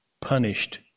punished